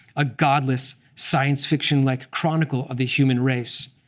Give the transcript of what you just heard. a godless science-fiction-like chronicle of the human race,